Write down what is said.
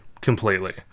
completely